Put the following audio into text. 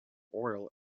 oral